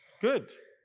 good.